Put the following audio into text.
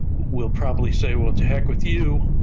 will probably say, well, to heck with you.